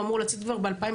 והוא אמור לצאת כבר ב-2022,